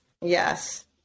Yes